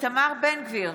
איתמר בן גביר,